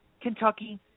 Kentucky